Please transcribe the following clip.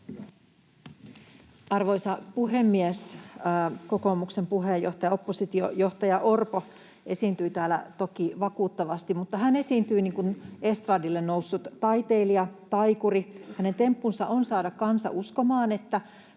Arvoisa puhemies! Kokoomuksen puheenjohtaja, oppositiojohtaja Orpo esiintyi täällä toki vakuuttavasti, mutta hän esiintyi niin kuin estradille noussut taiteilija, taikuri. Hänen temppunsa on saada kansa uskomaan, että